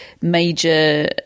major